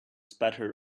spattered